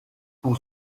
pour